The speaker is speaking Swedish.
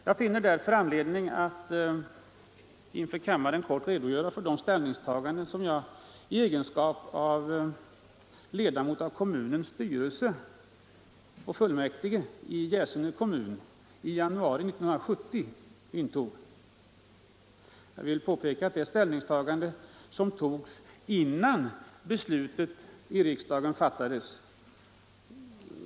Det finns därför anledning att inför kammaren kort redogöra för de ställningstaganden som jag i egenskap av ledamot av kommunstyrelsen och kommunfullmäktige i Gäsene kommun intog i januari 1970. Jag vill påpeka att det är ett ställningstagande som togs innan beslutet i riksdagen fattades.